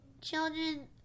children